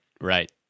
right